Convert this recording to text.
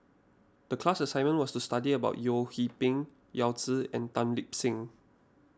the class assignment was to study about Yeo Hwee Bin Yao Zi and Tan Lip Seng